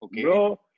Bro